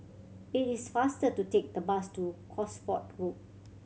it is faster to take the bus to Cosford Road